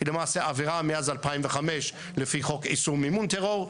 היא למעשה עבירה מאז 2005 לפי חוק איסור מימון טרור,